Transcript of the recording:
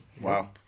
Wow